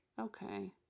Okay